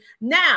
Now